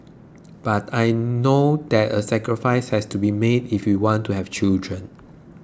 but I know that a sacrifice has to be made if we want to have children